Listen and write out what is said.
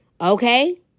okay